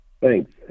Thanks